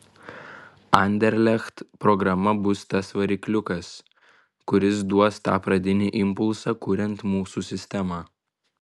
anderlecht programa bus tas varikliukas kuris duos tą pradinį impulsą kuriant mūsų sistemą